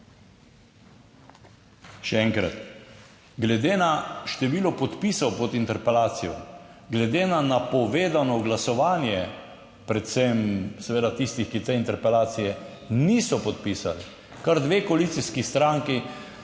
Še enkrat, glede na število podpisov pod interpelacijo, glede na napovedano glasovanje predvsem seveda tistih, ki te interpelacije niso podpisali, kar dve koalicijski stranki